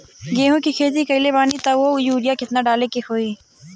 गेहूं के खेती कइले बानी त वो में युरिया केतना डाले के होई?